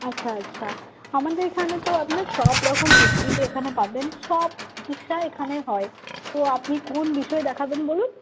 আচ্ছা আচ্ছা আমাদের এখানে তো আপনার সব রকম ফেসিলিটি এখানে পাবেন সব চিকিৎসা এখানে হয় তো আপনি কোন বিষয়ে দেখাবেন বলুন